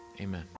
Amen